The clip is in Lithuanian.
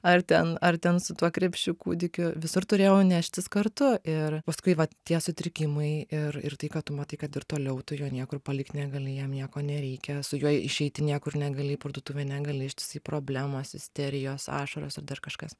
ar ten ar ten su tuo krepšiu kūdikiu visur turėjau neštis kartu ir paskui vat tie sutrikimai ir ir tai kad tu matai kad ir toliau tu jo niekur palikt negali jam nieko nereikia su juo išeiti niekur negali į parduotuvę negali ištisai problemos isterijos ašaros ir dar kažkas